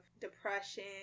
depression